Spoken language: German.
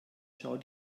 schau